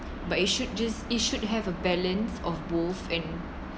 but you should just it should have a balance of both in